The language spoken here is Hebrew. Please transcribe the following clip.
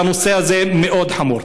והנושא הזה מאוד חמור.